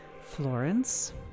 Florence